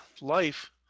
life